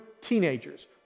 teenagers